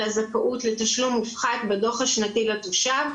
הזכאות לתשלום מופחת בדוח השנתי לתושב,